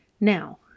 Now